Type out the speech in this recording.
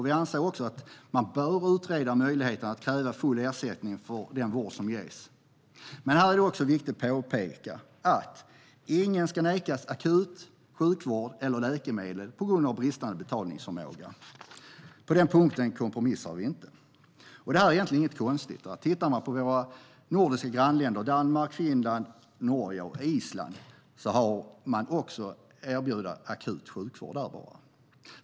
Vi anser också att man bör utreda möjligheterna att kräva full ersättning för den vård som ges. Här är det också viktigt att påpeka att ingen ska nekas akut sjukvård eller läkemedel på grund av bristande betalningsförmåga. På den punkten kompromissar vi inte. Det här är egentligen inget konstigt. I våra nordiska grannländer Danmark, Finland, Norge och Island erbjuder man också akut sjukvård.